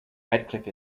radcliffe